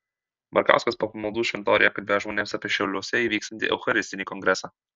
markauskas po pamaldų šventoriuje kalbėjo žmonėms apie šiauliuose įvyksiantį eucharistinį kongresą